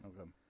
Okay